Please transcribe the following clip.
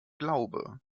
glaube